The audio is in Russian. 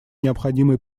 необходимой